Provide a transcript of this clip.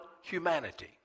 humanity